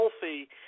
healthy